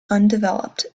undeveloped